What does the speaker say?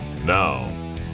Now